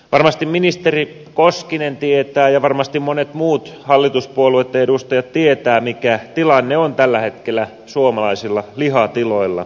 varmasti ministeri koskinen tietää ja varmasti monet muut hallituspuolueitten edustajat tietävät mikä tilanne on tällä hetkellä suomalaisilla lihatiloilla